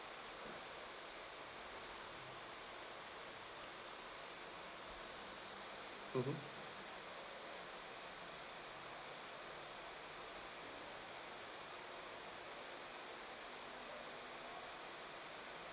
mmhmm